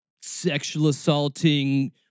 sexual-assaulting